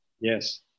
Yes